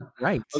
Right